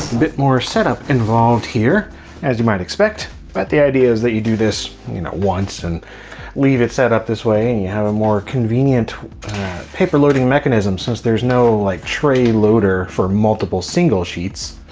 bit more setup involved here as you might expect but the idea is that you do this once and leave it set up this way and you have a more convenient paper loading mechanism since there's no like tray loader for multiple single sheets.